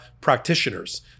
practitioners